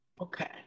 Okay